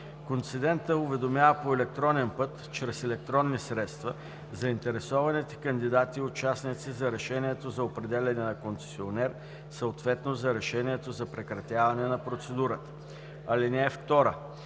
Концедентът уведомява по електронен път чрез електронни средства заинтересованите кандидати и участници за решението за определяне на концесионер, съответно за решението за прекратяване на процедурата. (2) Към